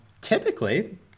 Typically